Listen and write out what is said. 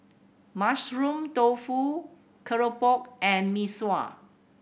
Mushroom Tofu keropok and Mee Sua